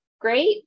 great